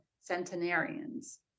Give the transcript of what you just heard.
centenarians